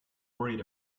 worried